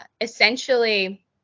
Essentially